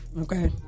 Okay